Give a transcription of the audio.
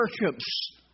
worships